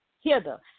Hither